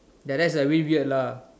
ya that's like a bit weird lah